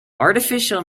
artificial